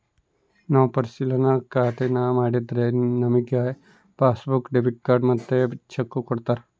ನಾವು ಪರಿಶಿಲನಾ ಖಾತೇನಾ ಮಾಡಿದ್ರೆ ನಮಿಗೆ ಪಾಸ್ಬುಕ್ಕು, ಡೆಬಿಟ್ ಕಾರ್ಡ್ ಮತ್ತೆ ಚೆಕ್ಕು ಕೊಡ್ತಾರ